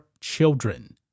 children